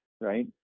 Right